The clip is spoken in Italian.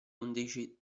undici